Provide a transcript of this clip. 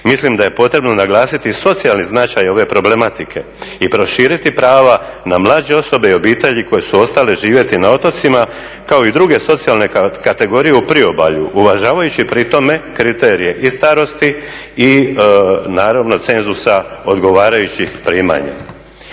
Mislim da je potrebno naglasiti socijalni značaj ove problematike i proširiti prava na mlađe osobe i obitelji koje su ostale živjeti na otocima kao i druge socijalne kategorije u priobalju uvažavajući pritome kriterije i starosti i naravno cenzusa odgovarajućih primanja.